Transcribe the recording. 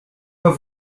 pas